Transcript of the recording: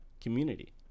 community